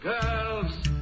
girls